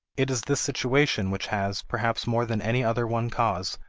it is this situation which has, perhaps more than any other one cause,